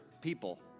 people